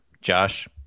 Josh